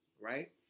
right